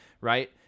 right